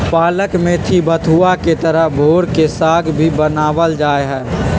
पालक मेथी बथुआ के तरह भोर के साग भी बनावल जाहई